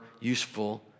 useful